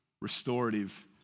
restorative